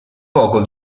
poco